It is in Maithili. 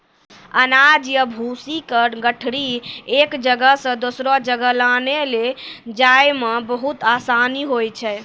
अनाज या भूसी के गठरी एक जगह सॅ दोसरो जगह लानै लै जाय मॅ बहुत आसानी होय छै